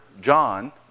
John